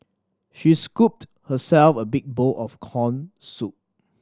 she scooped herself a big bowl of corn soup